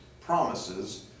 promises